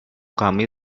kami